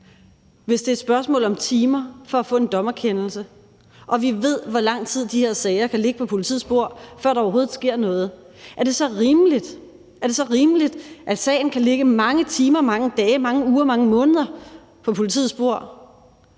hvis det er et spørgsmål om timer at få en dommerkendelse, og da vi ved, hvor lang tid de her sager kan ligge på politiets bord, før der overhovedet sker noget, så er rimeligt, at sagen kan ligge mange timer, mange dage, mange uger, mange måneder på politiets bord,